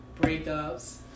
breakups